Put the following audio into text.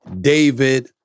David